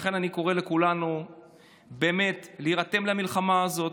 לכן אני קורא לכולנו באמת להירתם למלחמה הזאת.